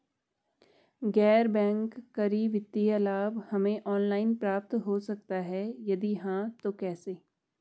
गैर बैंक करी वित्तीय लाभ हमें ऑनलाइन प्राप्त हो सकता है यदि हाँ तो कैसे?